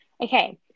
Okay